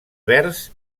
verds